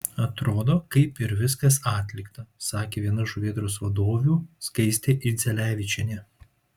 atrodo kaip ir viskas atlikta sakė viena žuvėdros vadovių skaistė idzelevičienė